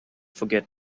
forget